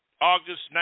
August